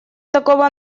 такого